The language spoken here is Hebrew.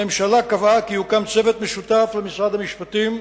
הממשלה קבעה כי יוקם צוות משותף למשרד המשפטים,